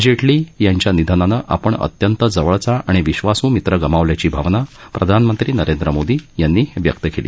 जेटली यांच्या निधनानं आपण अत्यंत जवळचा आणि विश्वास् मित्र गमावल्याची भावना प्रधानमंत्री नरेंद्र मोदी यांनी व्यक्त केली